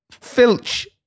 Filch